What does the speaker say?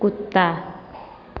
कुत्ता